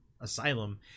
asylum